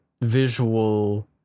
visual